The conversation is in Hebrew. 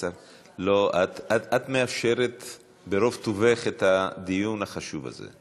את מאפשרת ברוב טובך את הדיון החשוב הזה.